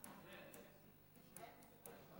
חבריי חברי הכנסת, הסיכום